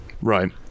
Right